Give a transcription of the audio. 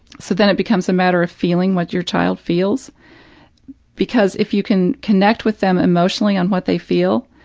so then it becomes a matter of feeling what your child feels because if you can connect with them emotionally on what they feel,